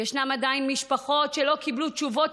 ישנן עדיין משפחות שלא קיבלו תשובות מלאות.